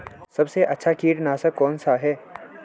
सबसे अच्छा कीटनाशक कौन सा है?